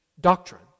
doctrine